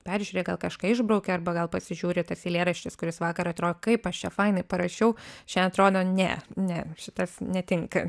peržiūri gal kažką išbrauki arba gal pasižiūri ir tas eilėraštis kuris vakar atrodė kaip aš čia fainai parašiau šiandien atrodo ne ne šitas netinka